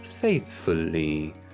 faithfully